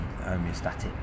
homeostatic